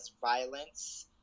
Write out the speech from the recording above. violence